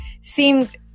seemed